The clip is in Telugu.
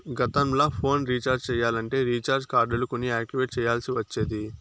గతంల ఫోన్ రీచార్జ్ చెయ్యాలంటే రీచార్జ్ కార్డులు కొని యాక్టివేట్ చెయ్యాల్ల్సి ఒచ్చేది